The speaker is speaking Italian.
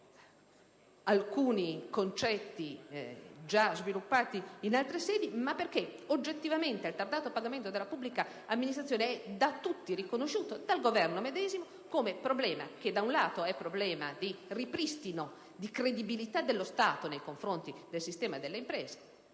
mantra alcuni concetti già sviluppati in altre sedi, ma perché oggettivamente il ritardato pagamento della pubblica amministrazione è da tutti riconosciuto, e dal Governo medesimo, come un problema che innanzitutto riguarda il ripristino della credibilità dello Stato nei confronti del sistema delle imprese.